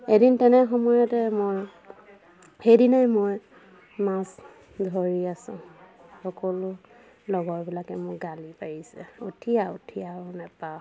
এদিন তেনে সময়তে মই সেইদিনাই মই মাছ ধৰি আছোঁ সকলো লগৰবিলাকে মোক গালি পাৰিছে উঠি আহ উঠি আহ আৰু নেপাৱ